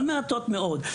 אבל מעטות מאוד.